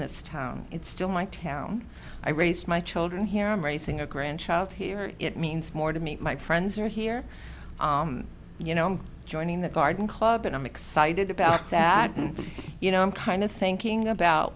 this town it's still my town i raised my children here i'm raising a grandchild here it means more to meet my friends are here you know joining the garden club and i'm excited about that and you know i'm kind of thinking about